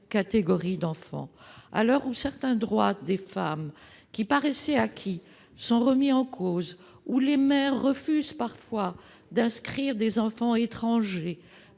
catégorie d'enfants. À l'heure où certains droits des femmes qui paraissaient acquis sont remis en question, où les maires refusent parfois d'inscrire des enfants étrangers,